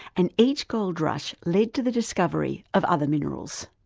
and each gold rush led to the discovery of other minerals.